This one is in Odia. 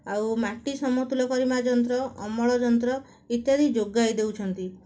ଆଉ ମାଟି ସମତୁଲ କରିବା ଯନ୍ତ୍ର ଅମଳ ଯନ୍ତ୍ର ଇତ୍ୟାଦି ଯୋଗାଇ ଦେଉଛନ୍ତି